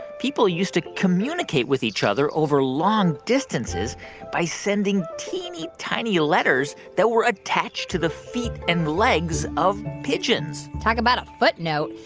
people used to communicate with each other over long distances by sending teeny-tiny letters that were attached to the feet and legs of pigeons talk about a footnote.